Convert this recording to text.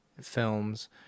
films